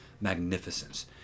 magnificence